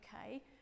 Okay